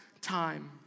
time